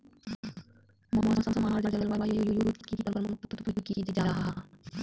मौसम आर जलवायु युत की प्रमुख तत्व की जाहा?